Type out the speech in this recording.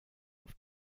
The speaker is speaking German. auf